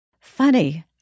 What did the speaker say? funny